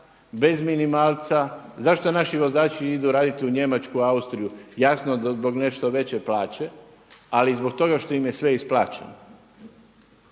bez minimalca. Zašto naši vozači idu raditi u Njemačku, Austriju? Jasno zbog nešto veće plaće, ali i zbog toga što im je sve isplaćeno